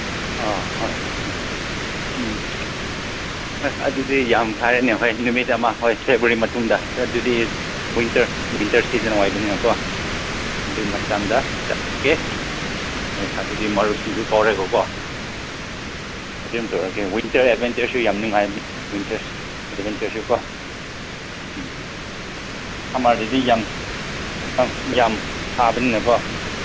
ꯑ ꯍꯣꯏ ꯍꯣꯏ ꯍꯣꯏ ꯎꯝ ꯑꯦ ꯑꯗꯨꯗꯤ ꯌꯥꯝ ꯐꯩꯌꯦꯅꯦ ꯍꯣꯏ ꯅꯨꯃꯤꯠ ꯑꯃ ꯍꯣꯏ ꯐꯦꯕ꯭ꯋꯥꯔꯤ ꯃꯇꯨꯡꯗ ꯑꯗꯨꯗꯤ ꯋꯤꯟꯇꯔ ꯋꯤꯟꯇꯔ ꯁꯤꯖꯟ ꯑꯣꯏꯕꯅꯤꯅꯀꯣ ꯑꯗꯨ ꯃꯇꯝꯗ ꯆꯠꯀꯦ ꯑꯦ ꯑꯗꯨꯗꯤ ꯃꯔꯨꯞꯁꯤꯡꯁꯨ ꯀꯧꯔꯒꯀꯣ ꯑꯗꯨꯝ ꯇꯧꯔꯒꯦ ꯋꯤꯟꯇꯔ ꯑꯦꯠꯚꯦꯟꯆꯔꯁꯨ ꯌꯥꯝ ꯅꯨꯡꯉꯥꯏꯕꯅꯤ ꯋꯤꯟꯇꯔ ꯑꯦꯠꯚꯦꯟꯆꯔꯁꯨꯀꯣ ꯎꯝ ꯁꯃꯔꯗꯗꯤ ꯌꯥꯝ ꯌꯥꯝ ꯌꯥꯝ ꯁꯥꯕꯅꯤꯅꯀꯣ